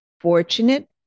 Fortunate